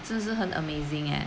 真的是很 amazing eh